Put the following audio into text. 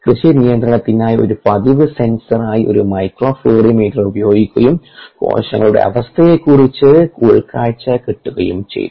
കൃഷി നിയന്ത്രണത്തിനായി ഒരു പതിവ് സെൻസറായി ഒരു മൈക്രോഫ്ലൂറിമീറ്റർ ഉപയോഗിക്കുകയും കോശങ്ങളുടെ അവസ്ഥയെക്കുറിച്ച് ഉൾക്കാഴ്ച കിട്ടുകയും ചെയ്തു